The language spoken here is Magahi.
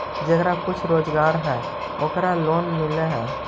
जेकरा कुछ रोजगार है ओकरे लोन मिल है?